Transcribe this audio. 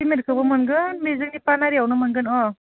सिमेन्टखौबो मोनगोन बे जोंनि पानेरियावनो मोनगोन औ